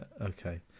okay